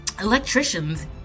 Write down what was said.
electricians